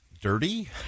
dirty